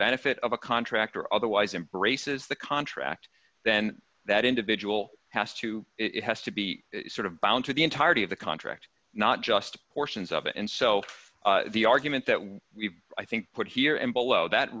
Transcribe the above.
benefit of a contract or otherwise embraces the contract then that individual has to it has to be sort of bound to the entirety of the contract not just portions of it and so the argument that what we've i think put here and below that